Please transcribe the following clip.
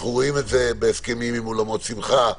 אנחנו רואים את זה בהסכמים עם אולמות שמחה,